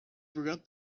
forgot